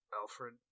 Alfred